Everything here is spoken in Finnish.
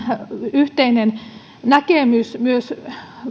yhteinen näkemys myös